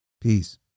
Peace